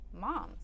moms